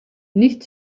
nicht